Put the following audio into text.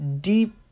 deep